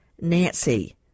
nancy